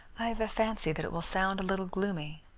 i have a fancy that it will sound a little gloomy.